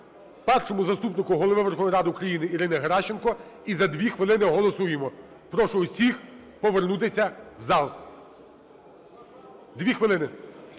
Першому заступнику Голови Верховної Ради України Ірині Геращенко. І за 2 хвилини голосуємо. Прошу усіх повернутися в зал, 2 хвилини.